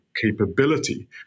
capability